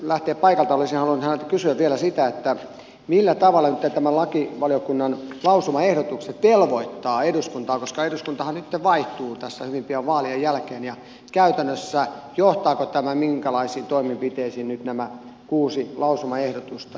olisin halunnut häneltä kysyä vielä sitä millä tavalla nyt nämä lakivaliokunnan lausumaehdotukset velvoittavat eduskuntaa eduskuntahan nytten vaihtuu tässä hyvin pian vaalien jälkeen ja johtavatko käytännössä minkälaisiin toimenpiteisiin nyt nämä kuusi lausumaehdotusta